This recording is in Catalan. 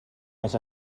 més